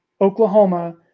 Oklahoma